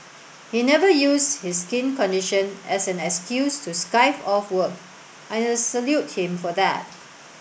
he never used his skin condition as an excuse to skive off work and I salute him for that